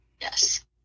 Yes